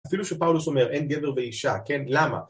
אפילו שפאולוס אומר אין גבר ואישה, כן? למה?